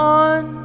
on